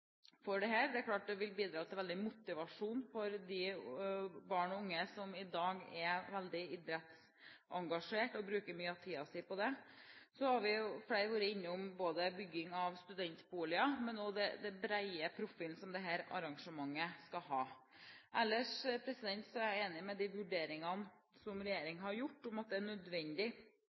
Det er klart at det vil bidra til stor motivasjon hos de barn og unge som i dag er veldig idrettsengasjert, og som bruker mye av tiden sin på idrett. Så har flere vært innom både bygging av studentboliger og den brede profilen som dette arrangementet skal ha. Ellers er jeg enig i de vurderingene som regjeringen har gjort, at det er nødvendig